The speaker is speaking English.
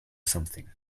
something